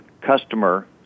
customer